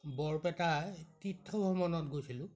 বৰপেটা এই তীৰ্থ ভ্ৰমণত গৈছিলোঁ